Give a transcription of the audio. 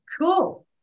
Cool